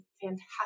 fantastic